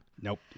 Nope